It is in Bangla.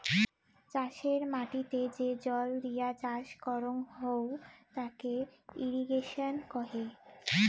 চাষের মাটিতে যে জল দিয়ে চাষ করং হউ তাকে ইরিগেশন কহে